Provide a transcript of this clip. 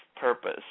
purpose